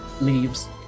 leaves